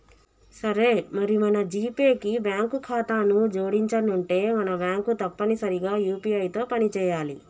సరే మరి మన జీపే కి బ్యాంకు ఖాతాను జోడించనుంటే మన బ్యాంకు తప్పనిసరిగా యూ.పీ.ఐ తో పని చేయాలి